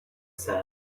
said